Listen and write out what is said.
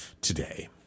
today